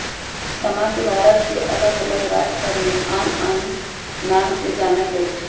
समा के भारत के अल्लग अल्लग राज सभमें आन आन नाम से जानल जाइ छइ